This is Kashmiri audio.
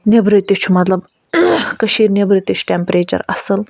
نیبرٕ تہِ چھُ مطلب کٔشیٖرِ نیٚبٕرۍ تہِ چھِ ٹیمپریچَر اَصٕل